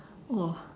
!wah!